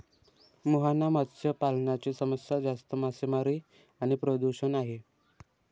मुहाना मत्स्य पालनाची समस्या जास्त मासेमारी आणि प्रदूषण आहे